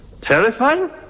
terrifying